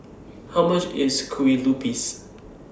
How much IS Kue Lupis